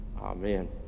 Amen